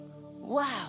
Wow